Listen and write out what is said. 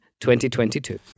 2022